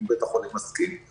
אם בית החולים מסכים,